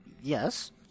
yes